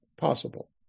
Possible